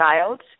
child